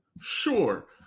Sure